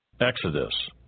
Exodus